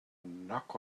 knock